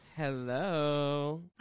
Hello